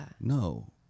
No